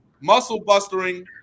muscle-bustering